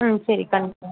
ம் சரி கண்டிப்பாக